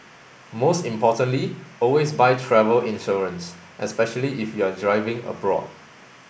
most importantly always buy travel insurance especially if you're driving abroad